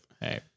Hey